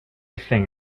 thing